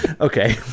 Okay